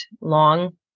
long